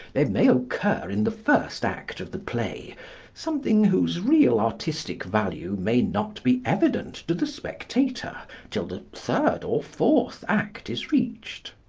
there may occur in the first act of the play something whose real artistic value may not be evident to the spectator till the third or fourth act is reached.